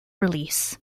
release